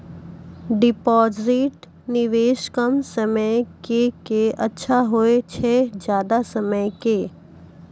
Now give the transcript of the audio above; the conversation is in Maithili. डिपॉजिट निवेश कम समय के के अच्छा होय छै ज्यादा समय के?